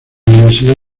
universidad